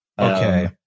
Okay